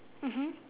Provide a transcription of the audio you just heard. mmhmm